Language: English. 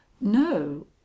no